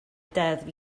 deddf